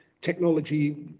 technology